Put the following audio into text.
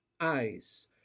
eyes